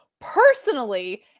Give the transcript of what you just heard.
personally